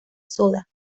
soda